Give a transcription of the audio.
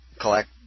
collect